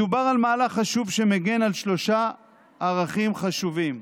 מדובר על מהלך חשוב, שמגן על שלושה ערכים חשובים: